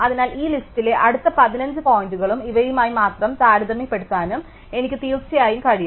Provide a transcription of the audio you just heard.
അതിനാൽ ഈ ലിസ്റ്റിലെ അടുത്ത 15 പോയിന്റുകളും ഇവയുമായി മാത്രം താരതമ്യപ്പെടുത്താനും എനിക്ക് തീർച്ചയായും കഴിയും